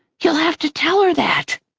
you'll have to tell her that.